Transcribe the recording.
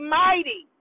mighty